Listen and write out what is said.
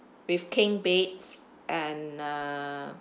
with king beds and uh